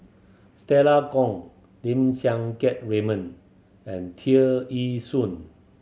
Stella Kon Lim Siang Keat Raymond and Tear Ee Soon